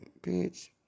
bitch